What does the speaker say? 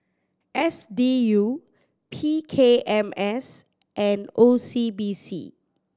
S D U P K M S and O C B C